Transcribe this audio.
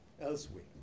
elsewhere